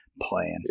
plan